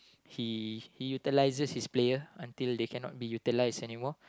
he he utilises his player until they cannot be utilised anymore